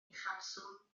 uchafswm